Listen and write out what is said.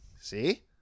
See